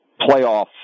playoff